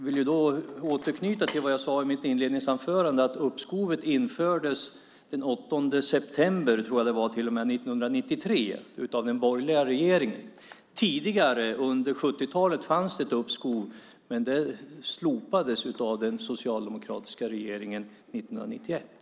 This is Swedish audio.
Jag vill återknyta till vad jag sade i mitt inledningsanförande: att uppskovet infördes den 8 september 1993 av den borgerliga regeringen. Under 70-talet fanns det ett uppskov, men det slopades 1991 av den socialdemokratiska regeringen.